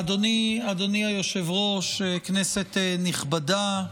אדוני היושב-ראש, כנסת נכבדה,